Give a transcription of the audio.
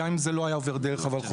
גם אם זה לא היה עובר דרך הולחו"ף.